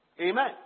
Amen